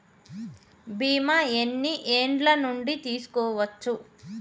బీమా ఎన్ని ఏండ్ల నుండి తీసుకోవచ్చు?